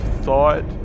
thought